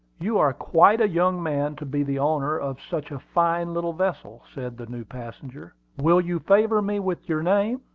you are quite a young man to be the owner of such a fine little vessel, said the new passenger. will you favor me with your name?